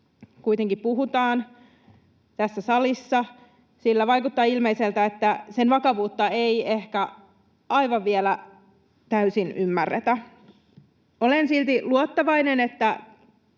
kuitenkin puhutaan tässä salissa, sillä vaikuttaa ilmeiseltä, että sen vakavuutta ei ehkä aivan vielä täysin ymmärretä. Olen silti luottavainen, että